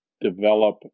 develop